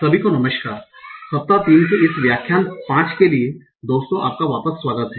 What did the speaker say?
सभी को नमस्कार सप्ताह 3 के इस व्याख्यान 5 के लिए दोस्तो आपका वापस स्वागत है